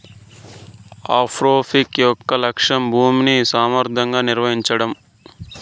agroforestry యొక్క లక్ష్యం భూమిని సమర్ధవంతంగా నిర్వహించడం